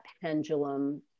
pendulum